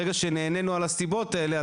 ברגע שנענינו על הסיבות האלה,